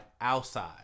Outside